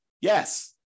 Yes